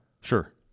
Sure